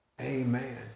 amen